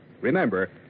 Remember